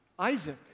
Isaac